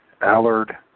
Allard